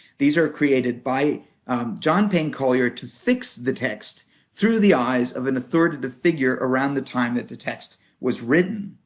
these are created by john payne collier to fix the text through the eyes of an authoritative figure around the time that the text was written.